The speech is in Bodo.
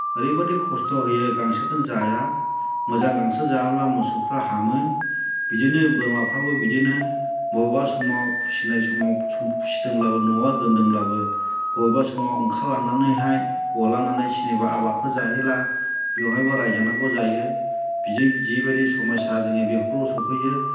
ओरैबायदि खस्थ' होयो गांसोखौनो जाया मोजां गांसो जायाब्ला मोसौफ्रा हामो बिदिनो बोरमाफ्राबो बिदिनो बबेबा समाव फिसिनाय समाव फिसिदोंब्लाबो न'आव दोनदोंब्लाबो बबेबा समाव ओंखार लांनानैहाय गलांनानै सोरनिबा आबादफोर जाहैब्ला बेवहायबो रायजानांगौ जायो बेबायदि समयसा जोंनि बेफोराव सफैयो